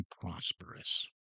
prosperous